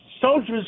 soldiers